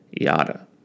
yada